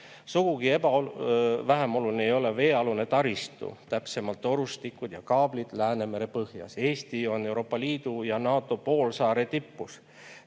Sugugi vähem oluline ei ole veealune taristu, täpsemalt torustikud ja kaablid Läänemere põhjas. Eesti on Euroopa Liidu ja NATO poolsaare tipus